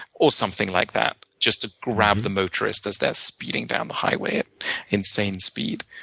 or something like that. just to grab the motorists as they're speeding down the highway at insane speed.